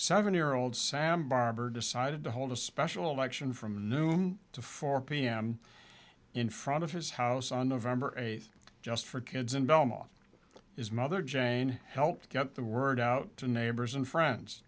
seven year old sam barber decided to hold a special election from noon to four pm in front of his house on nov eighth just for kids in belmont his mother jane helped get the word out to neighbors and friends